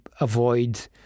avoid